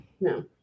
No